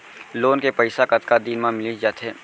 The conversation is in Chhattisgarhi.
लोन के पइसा कतका दिन मा मिलिस जाथे?